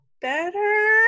better